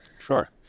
Sure